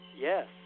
Yes